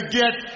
get